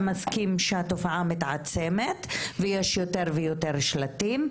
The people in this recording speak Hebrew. מסכים שהתופעה מתעצמת ויש יותר ויותר שלטים,